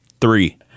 three